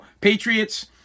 Patriots